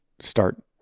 start